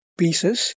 pieces